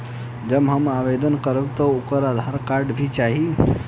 जब हम आवेदन करब त ओमे आधार कार्ड भी चाही?